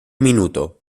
minuto